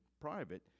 private